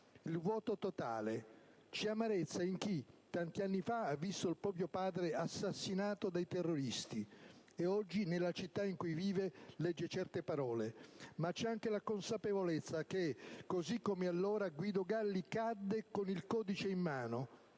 il vuoto totale. C'è amarezza in chi, tanti anni fa, ha visto il proprio padre assassinato dai terroristi e oggi, nella città in cui vive, legge certe parole. Ma c'è anche la consapevolezza che, così come allora Guido Galli cadde con il Codice in mano,